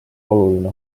oluline